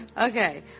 Okay